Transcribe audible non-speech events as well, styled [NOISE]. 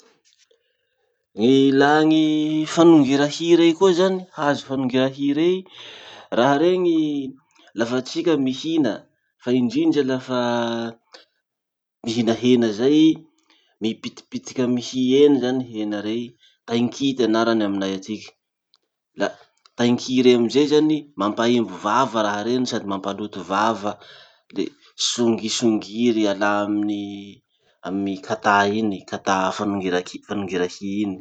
[NOISE] Ny ilà ny fanongira hy rey koa zany, hazo fanongira hy rey. Raha reny lafa tsika mihina, fa indrindra lafa mihina hena zay, mipitipitiky amy hy eny zany hena rey, tain-ky ty anarany aminay atiky. Da tain-ky rey amizay zany, mampaimbo vava raha reny sady mampaloto vava le songisongiry alà amin'ny amy katà iny katà fanongira-ky- fanongira-ky iny.